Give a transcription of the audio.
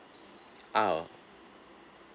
ah